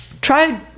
try